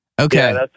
Okay